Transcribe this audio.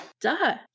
Duh